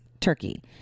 Turkey